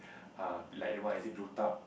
um like the one I say